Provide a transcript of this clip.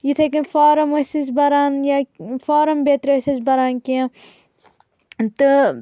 یِتھٕے کٔنۍ فارم ٲسۍ أسۍ بران یا فارم بٮ۪ترِ ٲسۍ أسۍ بران کینٛہہ تہٕ